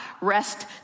rest